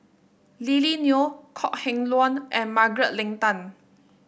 Lily Neo Kok Heng Leun and Margaret Leng Tan